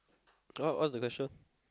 uh what's the question